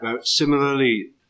Similarly